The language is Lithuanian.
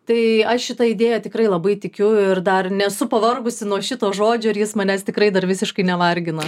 tai aš šita idėja tikrai labai tikiu ir dar nesu pavargusi nuo šito žodžio ir jis manęs tikrai dar visiškai nevargina